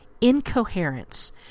incoherence